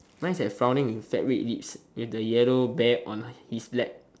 mine's like frowning with fat red lips with the yellow bear on his laps